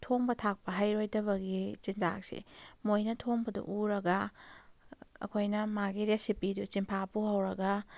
ꯊꯣꯡꯕ ꯊꯥꯛꯄ ꯍꯩꯔꯣꯏꯗꯕꯒꯤ ꯆꯤꯟꯖꯥꯛꯁꯦ ꯃꯣꯏꯅ ꯊꯣꯡꯕꯗꯨ ꯎꯔꯒ ꯑꯩꯈꯣꯏꯅ ꯃꯥꯒꯤ ꯔꯦꯁꯤꯄꯤꯗꯨ ꯆꯤꯟꯐꯥ ꯄꯨꯍꯧꯔꯒ